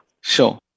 Sure